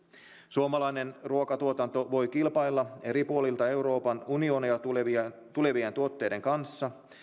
suomalainen ruokatuotanto voi kilpailla eri puolilta euroopan unionia tulevien tulevien tuotteiden kanssa